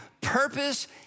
Purpose